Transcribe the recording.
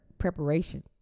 Preparation